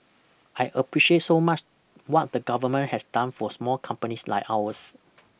I appreciate so much what the government has done for small companies like ours